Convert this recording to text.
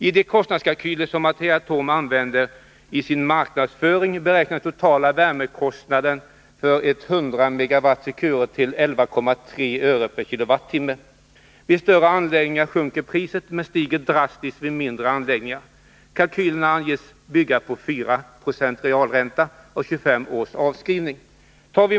I de kostnadskalkyler som Asea-Atom använder i sin marknadsföring beräknas den totala värmekostnaden för en 100 MW Secureanläggning till 11,3 öre/kWh. Vid större anläggningar sjunker priset, men det stiger drastiskt vid mindre anläggningar. Kalkylerna anges bygga på 4 90 realränta och 25 års avskrivning.